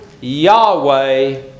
Yahweh